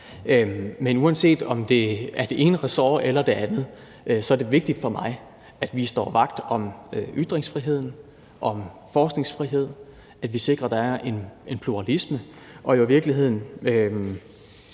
Men uanset om det er det ene eller det andet ressort, er det vigtigt for mig, at vi står vagt om ytringsfriheden, om forskningsfriheden, at vi sikrer, at der er en pluralisme, og jo i virkeligheden